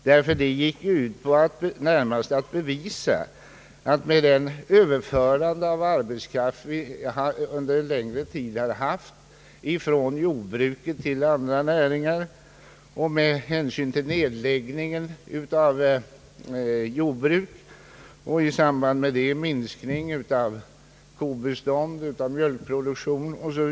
Det gick ut på att bevisa, att med det överförande av arbetskraft vi under längre tid haft från jordbruket till andra näringar, med hänsyn till nedläggningen av jordbruk och i samband därmed minskning av kobestånd, mjölkproduktion 0. sS.